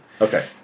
Okay